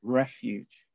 refuge